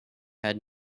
had